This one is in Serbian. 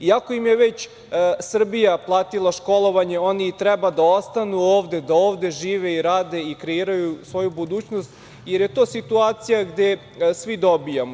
Iako im je već Srbija platila školovanje, oni treba da ostanu ovde, da ovde žive i rade i kreiraju svoju budućnost, jer je to situacija gde svi dobijamo.